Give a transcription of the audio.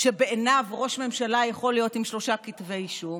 בעיניו שראש ממשלה יכול להיות עם שלושה כתבי אישום.